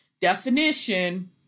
definition